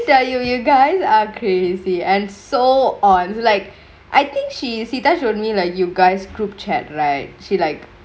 there are you you guys are crazy and so on like I think she she times you only like you guys group chat right she like